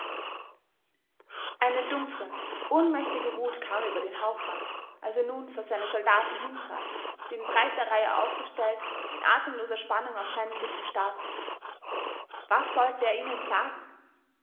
eine dumpfe ohnmächtige wut kam über den hauptmann als er nun vor seine soldaten hintrat die in breiter reihe aufgestellt in atemloser spannung auf seine lippen starrten was sollte er ihnen sagen